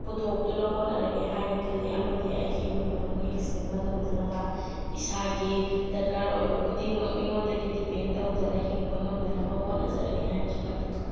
ꯄꯨꯊꯣꯛꯇꯨꯟ ꯍꯣꯠꯅꯔꯒꯦ ꯍꯥꯏꯅ ꯈꯜꯂꯤ ꯑꯃꯗꯤ ꯑꯩꯒꯤ ꯏꯃꯨꯡ ꯃꯅꯨꯡ ꯌꯦꯡꯁꯤꯟꯕ ꯉꯝꯅꯅꯕ ꯏꯁꯥꯒꯤ ꯗꯔꯀꯥꯔ ꯑꯣꯏꯕ ꯈꯨꯗꯤꯡꯃꯛ ꯃꯤꯉꯣꯟꯗꯒꯤ ꯗꯦꯄꯦꯟ ꯇꯧꯗꯅ ꯍꯤꯡꯕ ꯉꯝꯅꯅꯕ ꯍꯣꯠꯅꯖꯔꯒꯦ ꯍꯥꯏꯅꯁꯨ ꯈꯜꯂꯦ